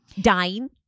Dying